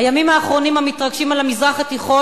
הימים האחרונים המתרגשים על המזרח התיכון